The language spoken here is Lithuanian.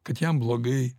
kad jam blogai